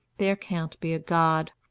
there can't be a god,